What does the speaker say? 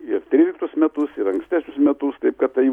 ir tryliktus metus ir ankstesnius metus taip kad tai